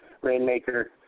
Rainmaker